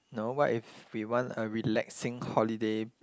no what if we want a relaxing holiday